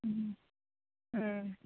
ಹ್ಞೂ ಹಾಂ